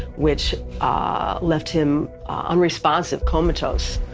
which ah left him unresponsive, comatose.